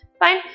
Fine